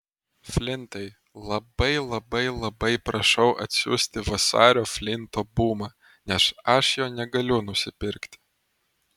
flintai labai labai labai prašau atsiųsti vasario flinto bumą nes aš jo negaliu nusipirkti